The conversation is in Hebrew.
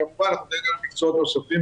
כמובן יש גם מקצועות נוספים,